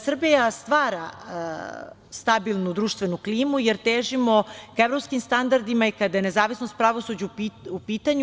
Srbija stvara stabilnu društvenu klimu, jer težimo ka evropskim standardima i kada je nezavisnost pravosuđa u pitanju.